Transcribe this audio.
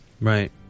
Right